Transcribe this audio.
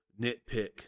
nitpick